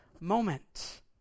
moment